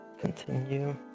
Continue